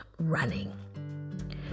running